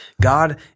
God